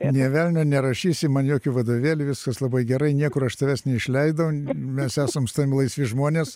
nė velnio nerašysi man jokių vadovėlių viskas labai gerai niekur aš tavęs neišleidau mes esam su tavim laisvi žmonės